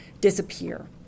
disappear